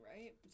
right